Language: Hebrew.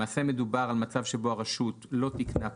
למעשה מדובר על מצב שבו הרשות לא תיקנה פגמים,